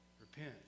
Repent